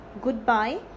goodbye